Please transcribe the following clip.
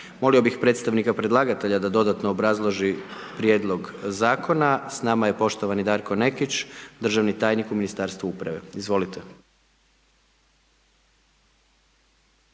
Molio bih predstavnika predlagatelja da dodatno obrazloži prijedlog zakona, s nama je poštovani Darko Nekić, državni tajnik u Ministarstvu uprave, izvolite.